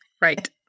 Right